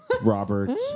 Robert